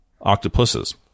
octopuses